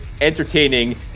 entertaining